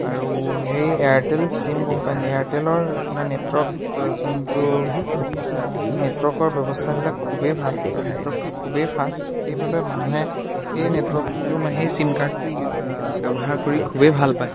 আৰু সেই Airtel sim company এয়াৰটেলৰ আপোনাৰ নেটৱৰ্ক যোনটো নেটৱৰ্কৰ ব্যৱস্থাবিলাক খুবেই ভাল আৰু নেটৱৰ্কটো খুবেই ফাষ্ট সেইবাবে মানুহে সেই নেটৱৰ্কটো মানে সেই ছিম কাৰ্ডটো ই ব্যৱহাৰ কৰি খুবেই ভাল পায়